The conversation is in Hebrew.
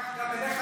קח ושמור,